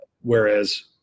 Whereas